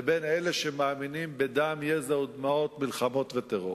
לבין אלה שמאמינים בדם, יזע ודמעות, מלחמות וטרור.